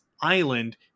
island